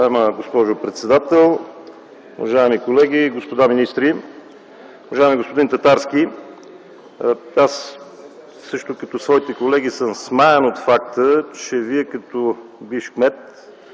Уважаема госпожо председател, уважаеми колеги, господа министри! Уважаеми господин Татарски, аз също като своите колеги съм смаян от факта, че Вие като бивш кмет